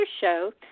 show